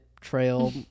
trail